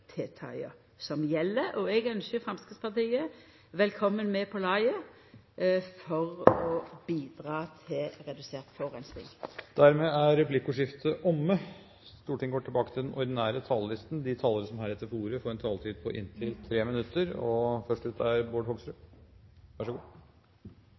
som gjeld, og eg ynskjer Framstegspartiet velkomen med på laget for å bidra til redusert forureining. Replikkordskiftet er omme. De talere som heretter får ordet, har en taletid på inntil 3 minutter. Jeg vet at det er